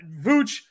Vooch